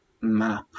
map